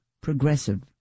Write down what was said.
progressive